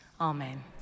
Amen